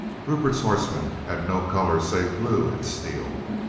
rupert's horsemen had no color save blue and steel.